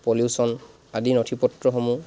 pollution আদি নথিপত্ৰসমূহ